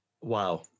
Wow